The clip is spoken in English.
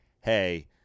Hey